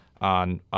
on